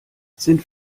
sind